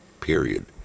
period